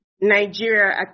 Nigeria